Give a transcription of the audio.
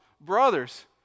Brothers